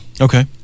Okay